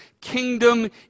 kingdom